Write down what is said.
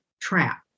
trap